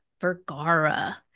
Vergara